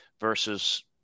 versus